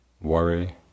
worry